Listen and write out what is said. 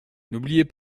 n’oubliez